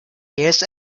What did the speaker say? jähes